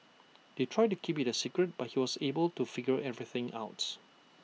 they tried to keep IT A secret but he was able to figure everything out